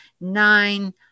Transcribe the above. nine